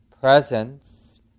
presence